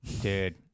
Dude